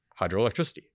Hydroelectricity